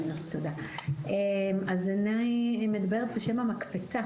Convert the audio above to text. אני מדברת בשם המקפצה,